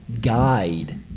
guide